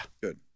Good